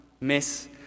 miss